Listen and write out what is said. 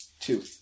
Two